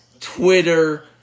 Twitter